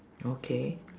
okay